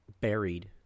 buried